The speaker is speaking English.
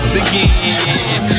again